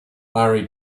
larry